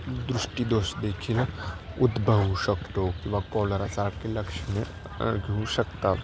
दृष्टीदोष देखील उद्भवू शकतो किंवा कॉलरासारखी लक्षणे घेऊ शकतात